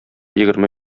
егерме